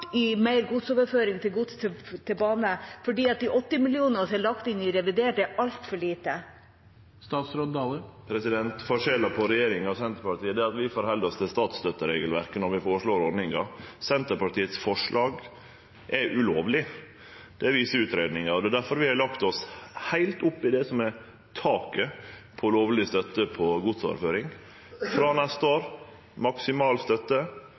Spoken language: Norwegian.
i mer overføring av gods til bane? De 80 mill. kr som er lagt inn i revidert, er altfor lite. Forskjellen på regjeringa og Senterpartiet er at vi held oss til statsstøtteregelverket når vi føreslår ordningar. Senterpartiets forslag er ulovleg. Det viser utgreiingar. Difor har vi lagt oss heilt opp til taket for lovleg støtte til godsoverføring. Frå neste år er det maksimal støtte, og det som er